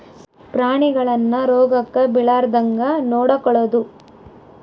ಪ್ರಾಣಿಗಳನ್ನ ರೋಗಕ್ಕ ಬಿಳಾರ್ದಂಗ ನೊಡಕೊಳದು